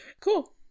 Cool